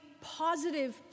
positive